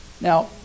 Now